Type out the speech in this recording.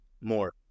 more